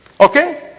Okay